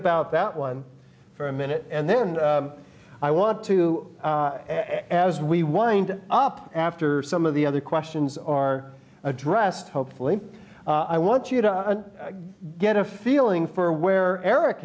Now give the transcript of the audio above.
about that one for a minute and then i want to as we wind up after some of the other questions are addressed hopefully i want you to get a feeling for where eric